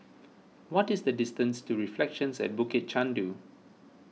what is the distance to Reflections at Bukit Chandu